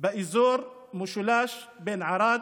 באזור המשולש בין ערד,